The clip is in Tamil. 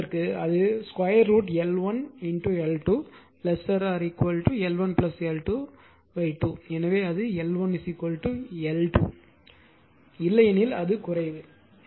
உதாரணத்திற்கு அதாவது √ L1 L2 L1 L2 2 எனவே அது L1 L 2 இல்லையெனில் அது குறைவு